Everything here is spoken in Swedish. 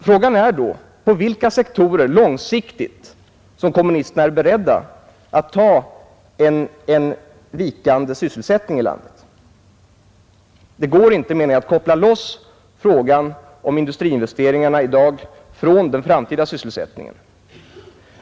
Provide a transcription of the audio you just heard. Frågan är då: På vilka sektorer i landet är kommunisterna långsiktigt beredda att acceptera en vikande sysselsättning? Det går inte, menar jag, att koppla loss frågan om industriinvesteringarna i dag från den framtida sysselsättningen.